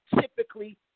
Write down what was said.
typically